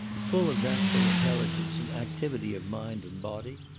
full of natural intelligence and activity of mind and body,